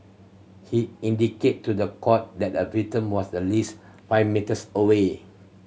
he indicated to the court that a victim was at least five metres away